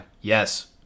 yes